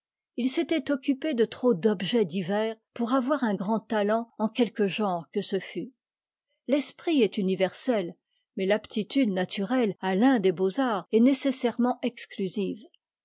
il s'était occupé de trop d'objets divers pour avoir un grand talent en quelque genre que ce fût l'esprit est universel mais l'aptitude naturelle à l'un des beaux-arts est nécessairement exclusive